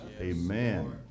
Amen